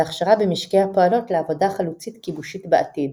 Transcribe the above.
להכשרה במשקי הפועלות לעבודה חלוצית כיבושית בעתיד.